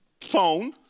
phone